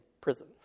prison